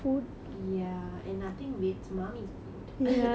ya and nothing beats mummy's food